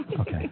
Okay